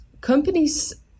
Companies